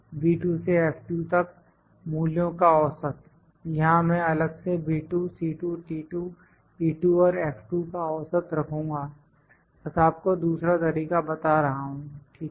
B2 से F2 तक मूल्यों का औसत या मैं अलग से B2 C2 T2 E2 और F2 का औसत रखूंगा बस आपको दूसरा तरीका बता रहा हूं ठीक है